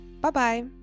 bye-bye